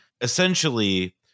essentially